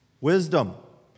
Wisdom